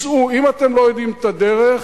אם אתם לא יודעים את הדרך,